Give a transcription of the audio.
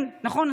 נכון,